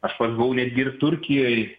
aš pats buvau netgi ir turkijoj